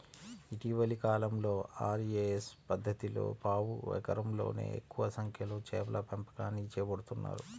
ఇటీవలి కాలంలో ఆర్.ఏ.ఎస్ పద్ధతిలో పావు ఎకరంలోనే ఎక్కువ సంఖ్యలో చేపల పెంపకాన్ని చేపడుతున్నారు